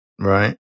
Right